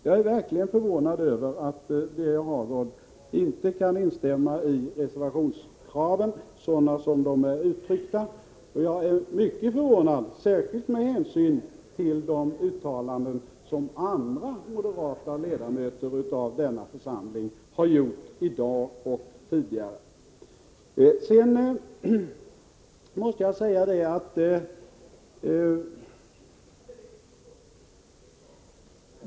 Jag är verkligen förvånad över att Birger Hagård inte kan instämma i våra krav sådana de är uttryckta i reservationen, särskilt med hänsyn till de uttalanden som andra moderata ledamöter av denna församling har gjort i dag och tidigare.